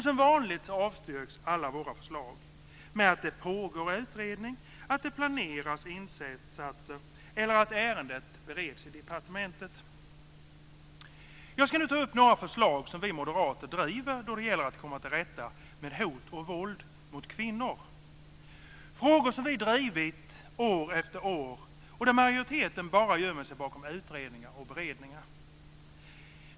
Som vanligt avstyrks alla våra förslag med att det pågår utredning, att det planeras insatser eller att ärendet bereds i departementet. Jag ska nu ta upp några förslag som vi moderater driver då det gäller att komma till rätta med hot och våld mot kvinnor, frågor som vi drivit år efter år och där majoriteten bara gömmer sig bakom utredningar och beredningar.